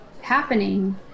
happening